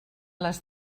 les